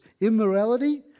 Immorality